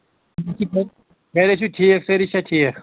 گرے ٲسوٕ ٹھیٖک سٲری چھا ٹھیٖک